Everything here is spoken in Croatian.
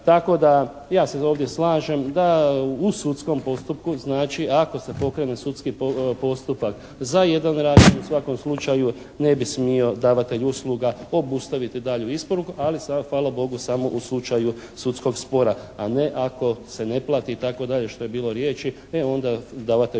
Tako da ja se ovdje slažem da u sudskom postupku, znači, ako se pokrene sudski postupak za jedan … /Govornik se ne razumije./ u svakom slučaju ne bi smio davatelj usluga obustaviti dalju isporuku, ali sa, hvala Bogu, samo u slučaju sudskog spora, a ne ako se ne plati, itd., što je bilo riječi. E onda davatelj usluga